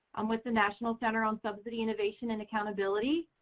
i'm with the national center on subsidy innovation and accountability,